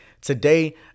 Today